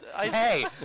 Hey